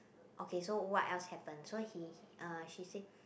okay so what else happened so he uh she said